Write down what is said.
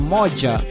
Moja